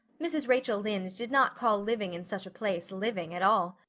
mrs. rachel lynde did not call living in such a place living at all.